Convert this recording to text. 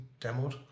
demoed